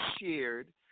shared